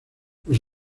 los